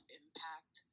impact